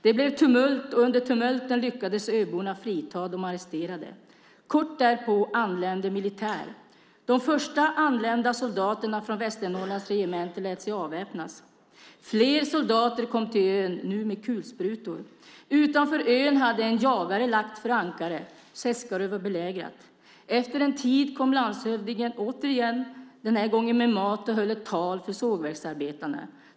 Det blev tumult, och under tumultet lyckades öborna frita de arresterade. Kort därpå anlände militären. De första anlända soldaterna från Västernorrlands regemente lät sig avväpnas. Fler soldater kom till ön, nu med kulsprutor. Utanför ön hade en jagare lagt sig för ankar. Seskarö var belägrat. Efter en tid kom landshövdingen åter, den här gången med mat, och höll ett tal till sågverksarbetarna.